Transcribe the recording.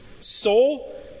Soul